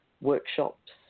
workshops